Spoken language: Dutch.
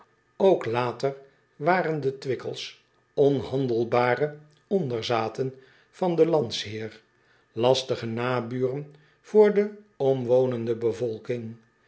ok later waren de wickels onhandelbare onderzaten van den landsheer lastige naburen voor de omwonende bevolking